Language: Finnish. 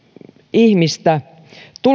ihmistä